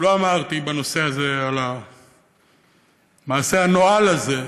שלא אמרתי בנושא הזה על המעשה הנואל הזה,